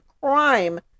crime